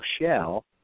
shell